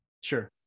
Sure